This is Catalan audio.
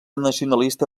nacionalista